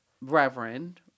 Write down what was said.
reverend